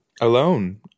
Alone